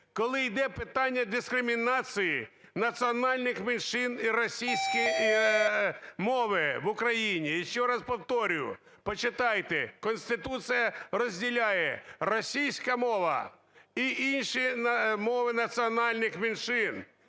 коли йде питання дискримінації національних меншин і російської мови в Україні. І ще раз повторюю, почитайте, Конституція розділяє – російська мова і інші мови національних меншин.